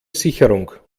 sicherung